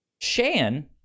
shan